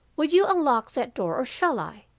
will you unlock that door or shall i